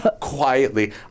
quietly